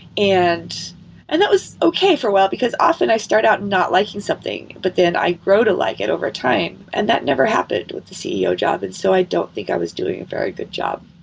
and and that was okay for a while, because often, i start out not liking something, but then i grow to like it over time. and that never happened with the ceo job. and so i don't think i was doing a very good job.